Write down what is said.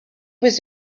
was